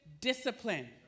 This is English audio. discipline